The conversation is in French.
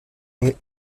est